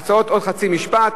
עוד חצי משפט.